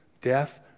death